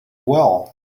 well